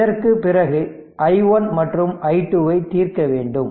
எனவே இதற்குப் பிறகு i1 மற்றும் i2 வை தீர்க்க வேண்டும்